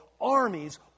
armies